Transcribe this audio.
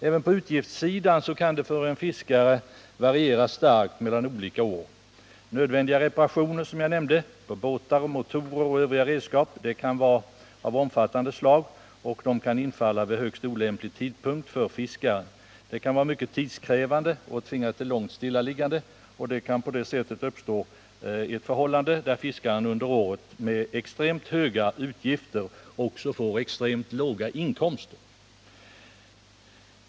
Även utgifterna kan för en fiskare variera starkt mellan olika år. Nödvändiga reparationer på båtar, motorer och övriga redskap kan vara omfattande och kan infalla vid högst olämplig tidpunkt för fiskaren. De kan också vara mycket tidskrävande och tvinga till långvarigt stillaliggande. Det förhållandet kan alltså lätt uppstå att fiskaren under ett år med extremt höga utgifter också får extremt låga inkomster.